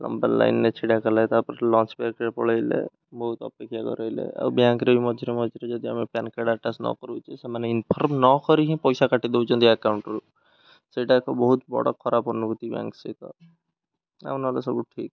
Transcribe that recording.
ଲମ୍ବା ଲାଇନ୍ରେ ଛିଡ଼ା କଲେ ତାପରେ ଲଞ୍ଚ୍ ବ୍ରେକ୍ରେ ପଳେଇଲେ ବହୁତ ଅପେକ୍ଷା କରେଇଲେ ଆଉ ବ୍ୟାଙ୍କରେ ବି ମଝିରେ ମଝିରେ ଯଦି ଆମେ ପ୍ୟାନ୍ କାର୍ଡ଼ ଆଟାଚ୍ ନ କରୁଛୁ ସେମାନେ ଇନଫର୍ମ ନ କରିକି ପଇସା କାଟିଦେଉଛନ୍ତି ଆକାଉଣ୍ଟରୁ ସେଇଟା ଏକ ବହୁତ ବଡ଼ ଖରାପ ଅନୁଭୂତି ବ୍ୟାଙ୍କ ସହିତ ଆଉ ନହେଲେ ସବୁ ଠିକ୍